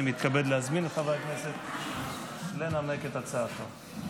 אני מתכבד להזמין את חבר הכנסת לנמק את הצעתו.